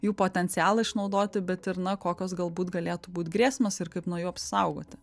jų potencialą išnaudoti bet ir na kokios galbūt galėtų būti grėsmės ir kaip nuo jų apsaugoti